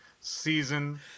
season